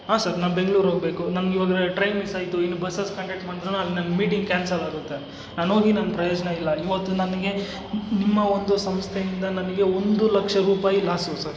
ಹಾಂ ಸರ್ ನಾನು ಬೆಂಗ್ಳೂರು ಹೋಗಬೇಕು ನಮ್ಗೆ ಇವಾಗ್ರೇ ಟ್ರೈನ್ ಮಿಸ್ ಆಯಿತು ಇನ್ನು ಬಸಸ್ ಬಂದ್ರೂ ಅಲ್ಲಿ ನಂಗೆ ಮೀಟಿಂಗ್ ಕ್ಯಾನ್ಸಲ್ ಆಗುತ್ತೆ ನಾನೋಗಿ ನನ್ನ ಪ್ರಯೋಜನ ಇಲ್ಲ ಇವತ್ತು ನನಗೆ ನಿಮ್ಮ ಒಂದು ಸಂಸ್ಥೆಯಿಂದ ನನಗೆ ಒಂದು ಲಕ್ಷ ರೂಪಾಯಿ ಲಾಸು ಸರ್